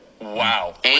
Wow